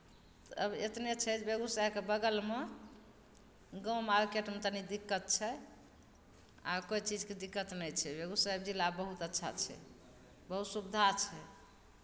तब एतने छै जे बेगूसरायके बगलमे गाम मार्केटमे तनि दिक्कत छै आओर कोई चीजके दिक्कत नहि छै बेगूसराय जिला बहुत अच्छा छै बहुत सुविधा छै